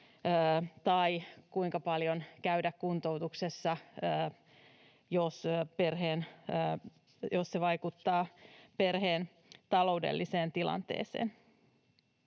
tai kuinka paljon käydä kuntoutuksessa, jos se vaikuttaa perheen taloudelliseen tilanteeseen.